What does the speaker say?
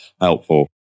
helpful